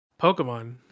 Pokemon